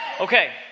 Okay